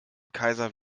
kaiser